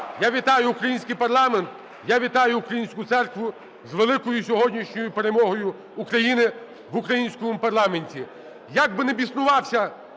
Я вітаю український парламент. Я вітаю українську церкву з великою сьогоднішньою перемогою України в українському парламенті. Як би не біснувався